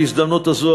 בהזדמנות זו,